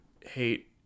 hate